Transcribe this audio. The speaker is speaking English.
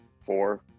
four